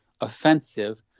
offensive